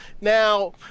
now